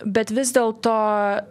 bet vis dėlto